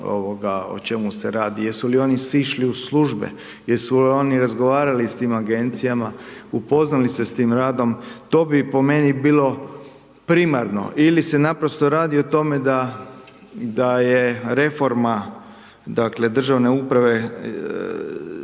dobro o čemu se radi, jesu li oni sišli u službe, jesu li oni razgovarali s tim Agencijama, upoznali se s tim radom, to bi po meni bilo primarno ili se naprosto radi o tome da je reforma, dakle, državne uprave